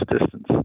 distance